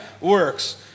works